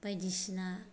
बायदिसिना